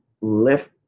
lift